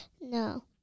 No